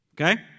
Okay